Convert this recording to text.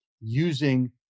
using